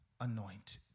anointed